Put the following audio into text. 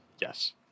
Yes